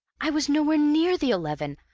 i was nowhere near the eleven.